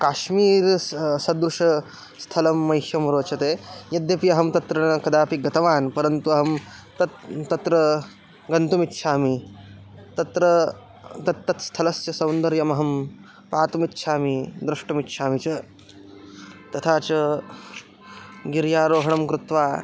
काश्मीर स सदृशस्थलं मह्यं रोचते यद्यपि अहं तत्र कदापि गतवान् परन्तु अहं तत् तत्र गन्तुम् इच्छामि तत्र तत्तत् स्थलस्य सौन्दर्यम् अहं पातुम् इच्छामि द्रष्टुम् इच्छामि च तथा च गिर्यारोहणं कृत्वा